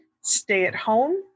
stay-at-home